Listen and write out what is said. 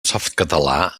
softcatalà